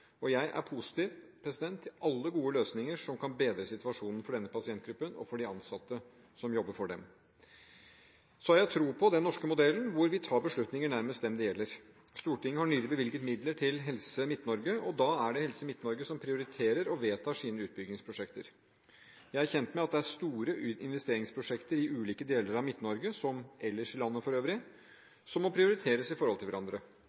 og jeg er positiv til alle gode løsninger som kan bedre situasjonen for denne pasientgruppen, og for de ansatte som jobber for den. Jeg har tro på den norske modellen, hvor vi tar beslutninger nærmest dem det gjelder. Stortinget har nylig bevilget midler til Helse Midt-Norge, og da er det Helse Midt-Norge som prioriterer og vedtar sine utbyggingsprosjekter. Jeg er kjent med at det er store investeringsprosjekter i ulike deler av Midt-Norge, som ellers i landet, som må prioriteres i forhold til hverandre.